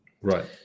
Right